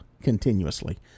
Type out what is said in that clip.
continuously